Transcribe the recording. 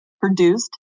produced